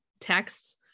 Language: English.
text